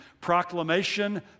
proclamation